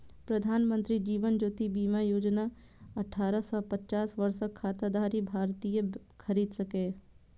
प्रधानमंत्री जीवन ज्योति बीमा योजना अठारह सं पचास वर्षक खाताधारी भारतीय खरीद सकैए